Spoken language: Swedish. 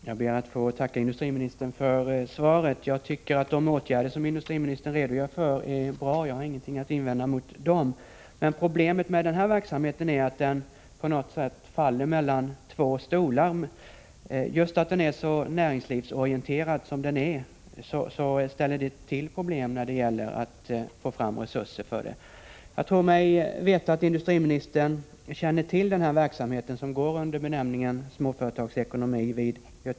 Herr talman! Jag ber att få tacka industriministern för svaret. De åtgärder industriministern redogör för är bra och jag har ingenting att invända mot dem. Problemet med verksamheten vid Göteborgs universitet som går under benämningen Småföretagsekonomi är att den på något sätt faller mellan två stolar. Det faktum att den är så näringslivsinriktad ställer till bekymmer när det gäller att få fram resurser. Jag tror mig veta att industriministern känner till verksamheten.